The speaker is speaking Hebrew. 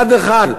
אחד-אחד.